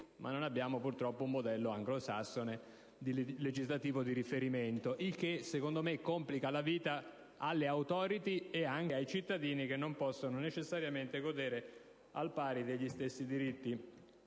non abbiamo un modello anglosassone legislativo di riferimento, il che secondo me complica la vita alle *Authority* e anche ai cittadini che non possono godere in pari misura degli stessi diritti